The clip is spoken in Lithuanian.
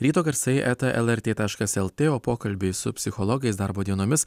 ryto garsai eta lrt taškas lt o pokalbiai su psichologais darbo dienomis